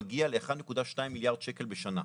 מגיע ל-1.2 מיליארד שקלים בשנה.